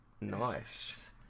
nice